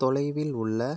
தொலைவில் உள்ள